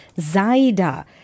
Zaida